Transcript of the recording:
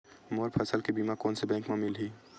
मोर फसल के बीमा कोन से बैंक म मिलही?